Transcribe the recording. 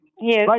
Yes